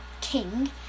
King